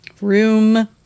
room